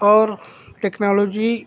اور ٹیکنالوجی